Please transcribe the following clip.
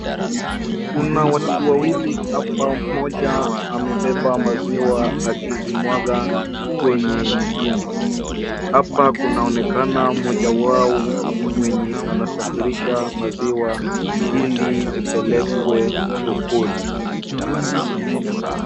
Kuna watu wawili hapa , mmoja amebeba maziwa akizimwaga kwenye mtungi .Hapa kunaonekana mmoja wao ni mwenye anasafirisha maziwa ili zipelekwe sokoni .